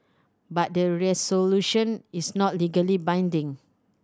but the resolution is not legally binding